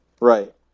Right